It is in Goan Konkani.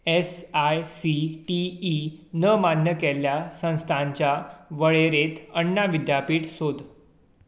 S I C T E न मान्य केल्ल्या संस्थाच्या वळेरेंत अण्णा विद्यापीठ सोद